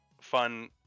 fun